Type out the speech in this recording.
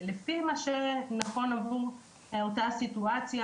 לפי מה שנכון באותה סיטואציה.